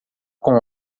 com